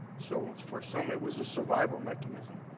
so for some it was a survival mechanism